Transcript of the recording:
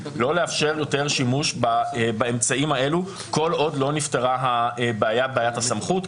לא לאפשר יותר שימוש באמצעים האלו כל עוד לא נפתרה בעיית הסמכות,